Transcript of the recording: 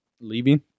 Leaving